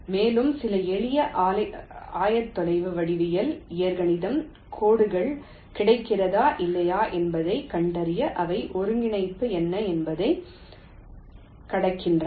மேலும் சில எளிய ஆயத்தொலை வடிவியல் இயற்கணிதம் கோடுகள் கடக்கிறதா இல்லையா என்பதைக் கண்டறிய அவை ஒருங்கிணைப்பு என்ன என்பதைக் கடக்கின்றன